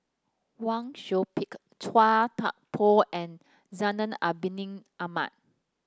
Wang Sui Pick Chua Thian Poh and Zainal Abidin Ahmad